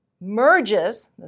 merges